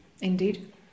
Indeed